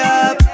up